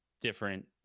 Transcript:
different